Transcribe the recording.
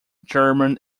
german